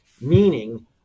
meaning